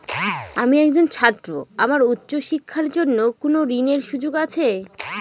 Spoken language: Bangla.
আমি একজন ছাত্র আমার উচ্চ শিক্ষার জন্য কোন ঋণের সুযোগ আছে?